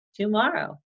tomorrow